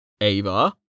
Ava